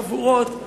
חבורות,